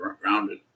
Grounded